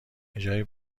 بجای